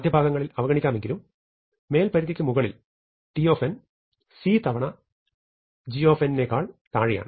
ആദ്യഭാഗങ്ങളിൽ അവഗണിക്കാമെങ്കിലും മേൽപരിധിക്കു മുകളിൽ t c തവണ g c times g നേക്കാൾ താഴെയാണ്